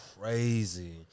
crazy